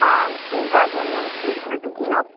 ہاں گاجر میم تیس روپے کلو